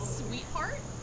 sweetheart